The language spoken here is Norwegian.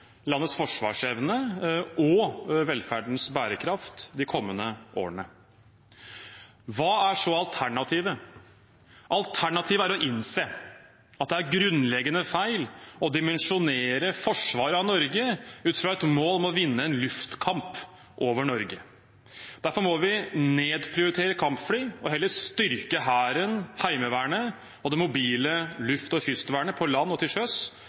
landets forsvarsevne og velferdens bærekraft de kommende årene. Hva er så alternativet? Alternativet er å innse at det er grunnleggende feil å dimensjonere forsvaret av Norge ut fra et mål om å vinne en luftkamp over Norge. Derfor må vi nedprioritere kampfly og heller styrke Hæren, Heimevernet og det mobile luft- og kystvernet på land og til sjøs